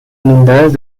inundadas